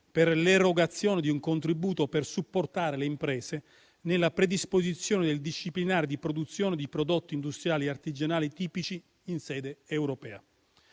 per l'erogazione di un contributo per supportare le imprese nella predisposizione del disciplinare di produzione di prodotti industriali e artigianali tipici in sede europea.